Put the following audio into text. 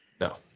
No